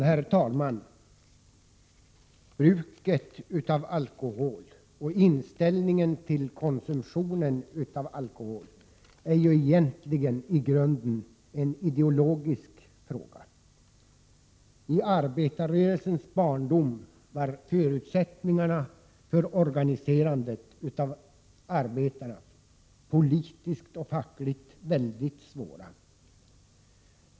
Herr talman! Frågan om bruket av alkohol och inställningen till konsumtionen av alkohol är ju egentligen i grunden av ideologisk art. I arbetarrörelsens barndom var förutsättningarna för organiserandet av arbetarna, politiskt och fackligt, väldigt begränsade.